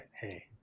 Hey